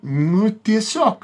nu tiesiog